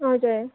हजुर